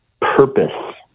purpose